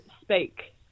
speak